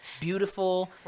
beautiful